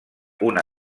una